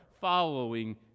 following